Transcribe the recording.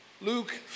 Luke